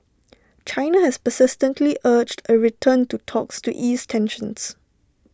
China has persistently urged A return to talks to ease tensions